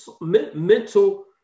mental